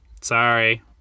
Sorry